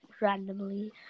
randomly